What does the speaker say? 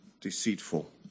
deceitful